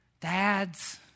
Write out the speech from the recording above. dads